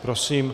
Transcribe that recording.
Prosím.